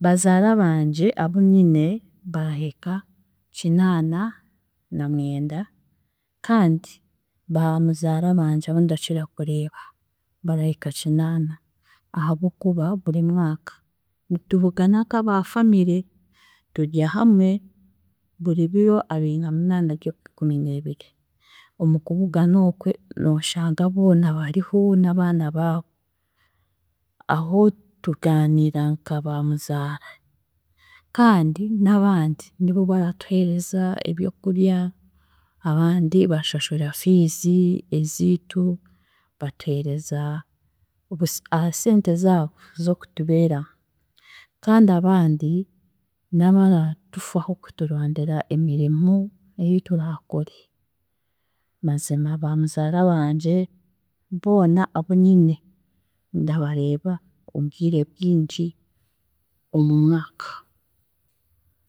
Bazaara bangye abu nyine barahika kinaana na mwenda, kandi ba muzaara bangye abundakira kureeba, barahika kinaana ahabw'okuba buri mwaka nitubugana nk'aba family turya hamwe buri biro abiri na munaana ry'Okwikumineebiri, omu kubugana okwe nooshanga boona bariho n'abaana baabo, aho tugaaniira nka ba muzaara kandi n'abandi nibo baratuheereza ebyokurya, abandi bashashura fees eziitu, batuheereza obuse aha sente zaabo z'okutubeeraho kandi abandi n'abaratufaho kuturondera emirimo ei turaakore mazima ba muzaara bangye boona abunyine ndabareeba obwire bwingi omu mwaka.